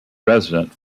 resident